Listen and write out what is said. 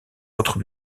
votre